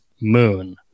moon